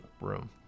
room